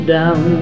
down